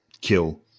kill